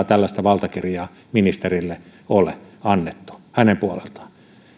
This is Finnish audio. tällaista valtakirjaa ministerille ole annettu